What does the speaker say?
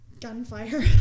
gunfire